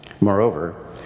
Moreover